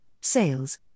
sales